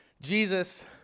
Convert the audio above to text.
Jesus